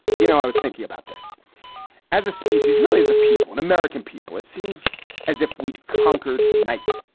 you know, i was thinking about this as a species, really, as a people and american people. it seems as if we'd conquered night.